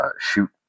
shoot